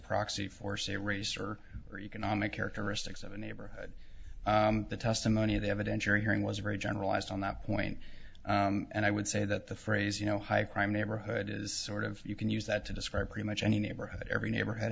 proxy for say race or or economic characteristics of a neighborhood the testimony the evidence you're hearing was very generalized on that point and i would say that the phrase you know high crime neighborhood is sort of you can use that to describe pretty much any neighborhood every neighborhood